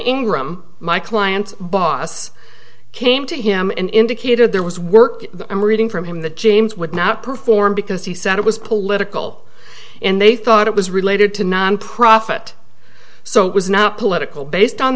ingram my client boss came to him and indicated there was work i'm reading from him that james would not perform because he said it was political and they thought it was related to nonprofit so it was not political based on